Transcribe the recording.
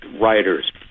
writers